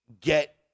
get